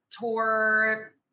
tour